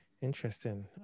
Interesting